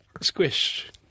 squish